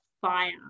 fire